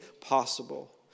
possible